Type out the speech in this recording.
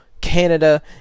Canada